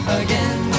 again